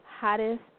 hottest